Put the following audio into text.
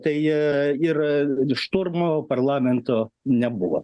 tai jie ir šturmo parlamento nebuvo